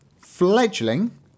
Fledgling